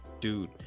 Dude